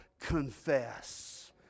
confess